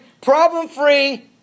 problem-free